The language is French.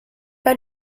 pas